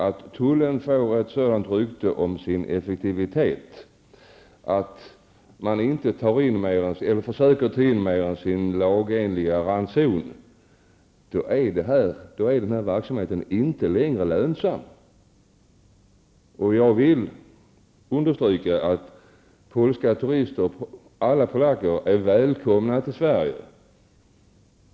Om tullen får ett rykte om att vara effektiv, så att människor inte försöker föra in mer än sin lagenliga ranson, skulle den här verksamheten inte längre vara lönsam. Jag vill understryka att alla polacker är välkomna till Sverige.